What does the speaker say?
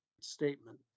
statement